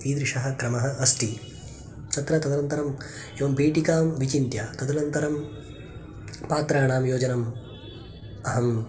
ईदृशः क्रमः अस्ति तत्र तदनन्तरम् एवं पीठिकां विचिन्त्य तदनन्तरं पात्राणां योजनं अहं